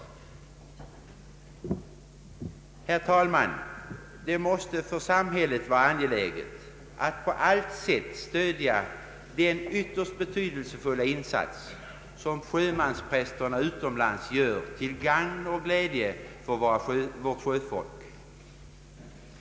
Herr talman! Det måste för samhället vara angeläget att på allt sätt stödja den ytterst betydelsefulla insats som sjömansprästerna utomlands gör till gagn och glädje för vårt sjöfolk.